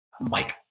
Mike